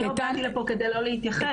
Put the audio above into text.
אני לא באתי לפה כדי לא להתייחס.